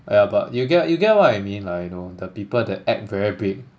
yeah but you get you get what I mean lah you know the people that act very big